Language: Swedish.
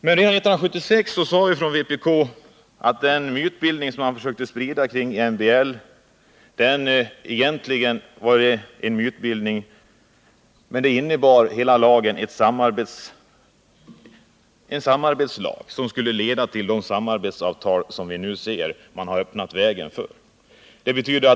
Redan 1976 gick vpk emot den mytbildning som skapades kring MBL och det samarbetsavtal som lagen avser att öppna väg för.